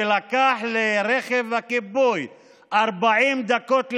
ולקח לרכב הכיבוי 40 דקות להגיע.